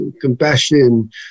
compassion